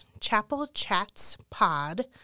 chapelchatspod